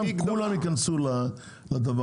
כולם ייכנסו לזה.